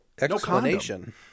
Explanation